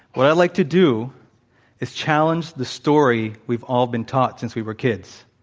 what i'd like to do is challenge the story we've all been taught since we were kids.